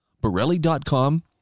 Borelli.com